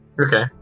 Okay